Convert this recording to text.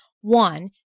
one